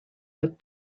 but